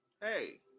hey